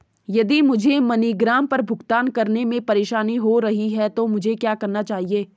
यदि मुझे मनीग्राम पर भुगतान करने में परेशानी हो रही है तो मुझे क्या करना चाहिए?